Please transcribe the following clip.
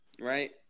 right